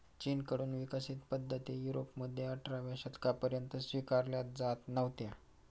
चीन कडून विकसित पद्धती युरोपमध्ये अठराव्या शतकापर्यंत स्वीकारल्या जात नव्हत्या